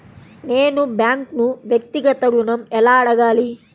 నేను బ్యాంక్ను వ్యక్తిగత ఋణం ఎలా అడగాలి?